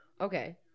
Okay